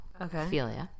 Okay